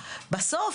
בסוף,